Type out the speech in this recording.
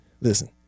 Listen